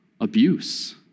abuse